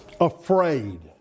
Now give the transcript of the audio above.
afraid